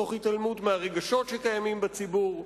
תוך התעלמות מהרגשות שקיימים בציבור.